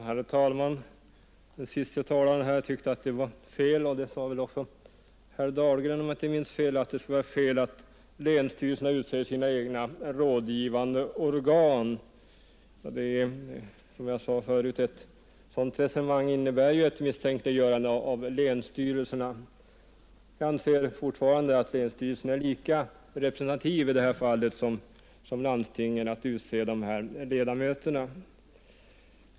Herr talman! Den senaste talaren liksom även herr Dahlgren — om jag inte missminner mig — tyckte att det skulle vara fel att länsstyrelserna utser sina egna rådgivande organ. Som jag sade redan förut innebär ett sådant resonemang ett misstänkliggörande av länsstyrelserna. Jag anser fortfarande att länsstyrelsen i det här fallet är lika representativ som landstinget att utse ledamöterna i länsvägnämnden.